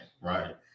Right